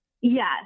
Yes